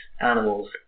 animals